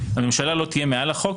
הממשלה לא תהיה מעל לחוק,